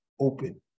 open